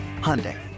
Hyundai